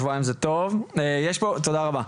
תודה רבה.